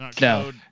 no